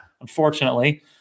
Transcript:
unfortunately